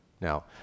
Now